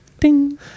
Ding